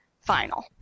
final